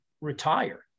retire